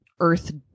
earth